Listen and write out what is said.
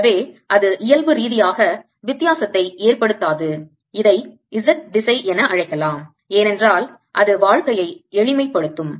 எனவே அது இயல்பு ரீதியாக வித்தியாசத்தை ஏற்படுத்தாது இதை z திசை என அழைக்கலாம் ஏனென்றால் அது வாழ்க்கையை எளிமைப்படுத்தும்